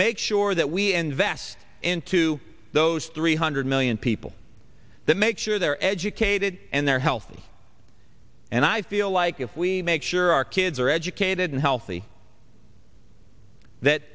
make sure that we invest into those three hundred million people that make sure they're educated and they're healthy and i feel like if we make sure our kids are educated and healthy that